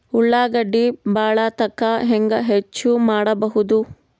ಉಳ್ಳಾಗಡ್ಡಿ ಬಾಳಥಕಾ ಹೆಂಗ ಹೆಚ್ಚು ಮಾಡಬಹುದು?